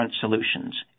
solutions